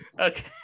Okay